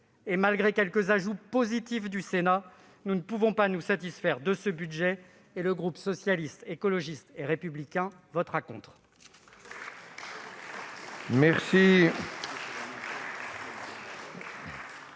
et malgré quelques ajouts positifs du Sénat, nous ne pouvons pas nous satisfaire de ce projet de budget. Le groupe Socialiste, Écologiste et Républicain votera contre.